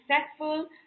successful